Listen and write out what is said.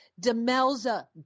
Demelza